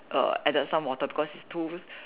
err added some water because it's too